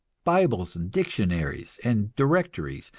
bibles and dictionaries and directories,